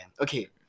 okay